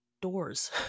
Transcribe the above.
doors